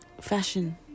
fashion